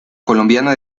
colombiana